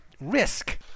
risk